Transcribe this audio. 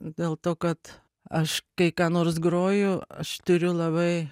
dėl to kad aš kai ką nors groju aš turiu labai